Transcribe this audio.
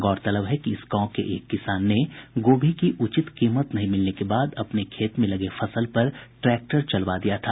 गौरतलब है कि इस गांव के एक किसान ने गोभी की उचित कीमत नहीं मिलने के बाद अपने खेत में लगे फसल पर ट्रैक्टर चलवा दिया था